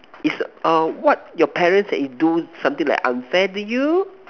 it's err what your parents they you do something like unfair to you